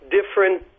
different